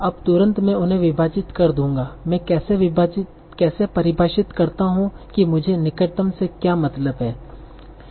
अब तुरंत मैं उन्हें विभाजित कर दूंगा मैं कैसे परिभाषित करता हूं कि मुझे निकटतम से क्या मतलब है